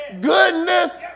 goodness